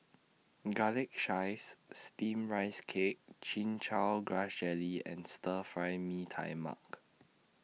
Garlic Chives Steamed Rice Cake Chin Chow Grass Jelly and Stir Fry Mee Tai Mak